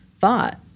thought